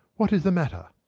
what is the matter?